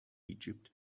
egypt